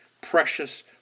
precious